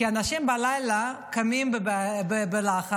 כי אנשים בלילה קמים בלחץ,